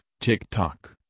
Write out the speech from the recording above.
TikTok